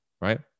Right